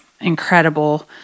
incredible